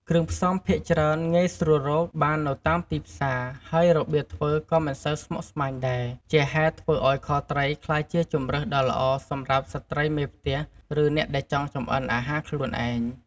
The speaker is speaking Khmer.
គ្រឿងផ្សំភាគច្រើនងាយស្រួលរកបាននៅតាមទីផ្សារ ហើយរបៀបធ្វើក៏មិនសូវស្មុគស្មាញដែរ ជាហេតុធ្វើឱ្យខត្រីក្លាយជាជម្រើសដ៏ល្អសម្រាប់ស្ត្រីមេផ្ទះ ឬអ្នកដែលចង់ចម្អិនអាហារខ្លួនឯង។